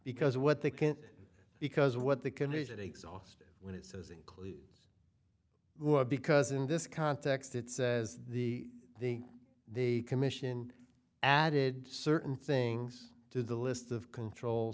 because what they can because what the condition exhausted when it says includes because in this context it says the the the commission added certain things to the list of control